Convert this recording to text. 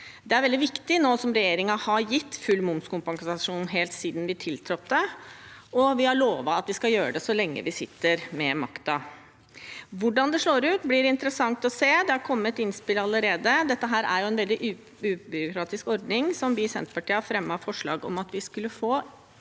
Det er veldig viktig nå som regjeringen har gitt full momskompensasjon helt siden vi tiltrådte, og vi har lovet at vi skal gjøre det så lenge vi sitter med makten. Hvordan det slår ut, blir interessant å se. Det er kommet innspill allerede. Dette er jo en veldig ubyråkratisk ordning, som vi i Senterpartiet gjentatte ganger har fremmet forslag om at vi skulle få,